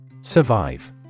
Survive